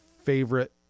favorite